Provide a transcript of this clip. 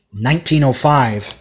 1905